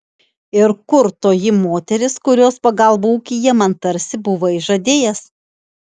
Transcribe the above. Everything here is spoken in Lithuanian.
ir kur toji moteris kurios pagalbą ūkyje man tarsi buvai žadėjęs